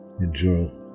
endureth